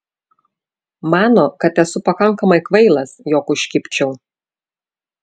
mano kad esu pakankamai kvailas jog užkibčiau